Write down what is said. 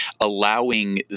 allowing